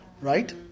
right